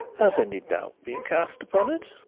has any doubt been cast upon it?